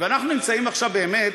ואנחנו נמצאים עכשיו באמת,